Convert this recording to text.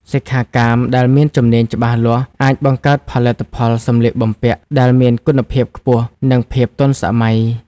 សិក្ខាកាមដែលមានជំនាញច្បាស់លាស់ អាចបង្កើតផលិតផលសម្លៀកបំពាក់ដែលមានគុណភាពខ្ពស់ និងភាពទាន់សម័យ។